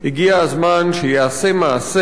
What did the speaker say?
הגיע הזמן שייעשה מעשה,